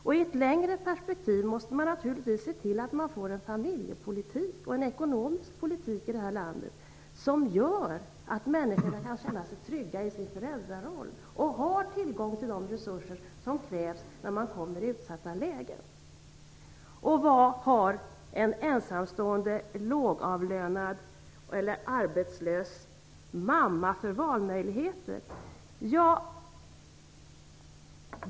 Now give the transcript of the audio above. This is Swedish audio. Och i ett längre perspektiv måste man naturligtvis se till att man får en familjepolitik och en ekonomisk politik i det här landet som gör att människor kan känna sig trygga i sin föräldraroll. De måste ha tillgång till de resurser som krävs när man kommer i utsatta lägen. Vad har en ensamstående lågavlönad eller arbetslös mamma för valmöjligheter?